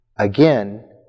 Again